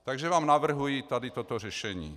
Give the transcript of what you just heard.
Takže vám navrhuji tady toto řešení.